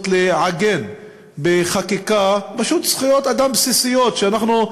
לעגן בחקיקה פשוט זכויות אדם בסיסיות שאנחנו,